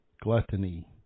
gluttony